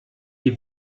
die